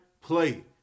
play